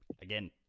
again